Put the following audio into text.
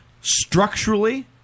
structurally